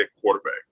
quarterback